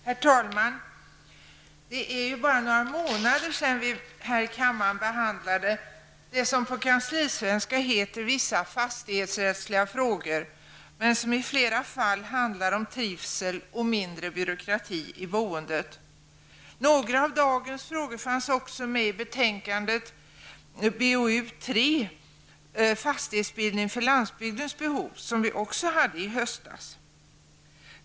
Herr talman! Det är bara några månader sedan vi här i kammaren behandlade det som på kanslisvenska heter vissa fastighetsrättsliga frågor men som i flera fall handlar om trivsel och mindre byråkrati i boendet. Några av dagens frågor fanns med i betänkandet BoU3, fastighetsbildning för landsbygdens behov, som vi också hade uppe i höstas.